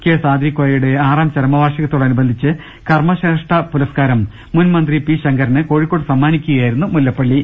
K സാദിരിക്കോയയുടെ ആറാം ചരമവാർഷികത്തോടനുബന്ധിച്ച് കർമ്മശ്രേഷ്ഠാ പുരസ്കാരം മുൻ മന്ത്രി പി ശങ്കരന് കോഴിക്കോട്ട് സമ്മാനി ക്കുകയായിരുന്നു മുല്ലപ്പള്ളി